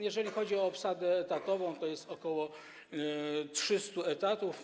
Jeżeli chodzi o obsadę etatową, to jest ok. 300 etatów.